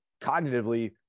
cognitively